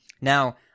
Now